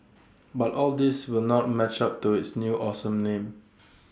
but all these will not match up to its new awesome name